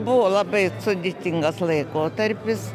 buvo labai sudėtingas laikotarpis